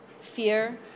fear